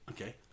Okay